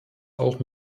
auch